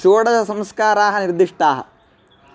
षोडशसंस्काराः निर्दिष्टाः